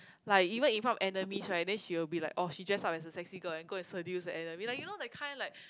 like even in front of enemies right then she'll be like orh she dress up as a sexy girl and go and seduce the enemy like you know that kind like